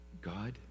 God